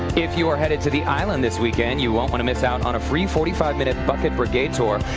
if you're headed to the island this weekend, you won't want to miss out on a free forty five minute bucket brigade tour,